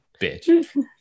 Bitch